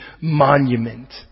monument